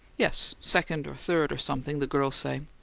yes second or third or something, the girls say.